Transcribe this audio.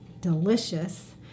delicious